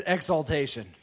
Exaltation 。